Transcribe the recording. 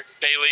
Bailey